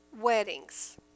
weddings